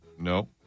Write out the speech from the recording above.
No